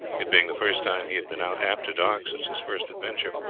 it being the first time he had been out after dark since his first adventure,